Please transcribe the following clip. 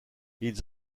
ils